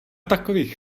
takových